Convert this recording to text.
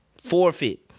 Forfeit